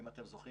כזכור,